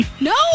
No